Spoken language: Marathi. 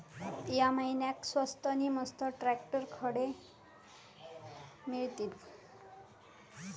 या महिन्याक स्वस्त नी मस्त ट्रॅक्टर खडे मिळतीत?